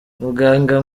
muganga